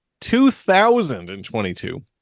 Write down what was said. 2022